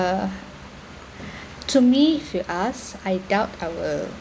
to me if you ask I doubt I will